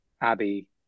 abby